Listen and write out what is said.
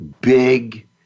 big